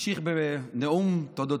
שהשארת שני חבר'ה שלך עמוק בתוך